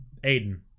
Aiden